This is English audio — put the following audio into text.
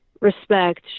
Respect